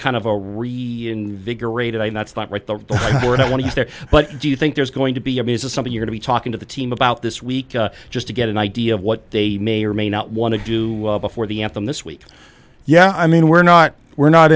kind of a re you invigorated i know it's not right the word i want to get there but do you think there's going to be i mean is this something you're to be talking to the team about this week just to get an idea of what they may or may not want to do before the anthem this week yeah i mean we're not we're not